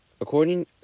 According